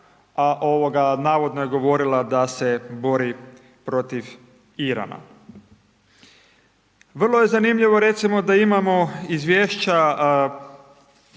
Iran a navodno je govorila da se bori protiv Irana. Vrlo je zanimljivo recimo da imamo izvješća